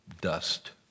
dust